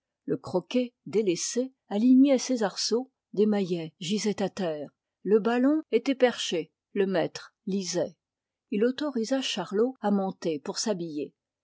le croquet délaissé alignait ses arceaux des maillets gisaient à terre le ballon était perché le mattre lisait il autorisa charlot à monter pour s'habiller